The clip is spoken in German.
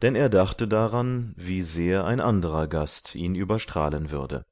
denn er dachte daran wie sehr ein anderer gast ihn überstrahlen würde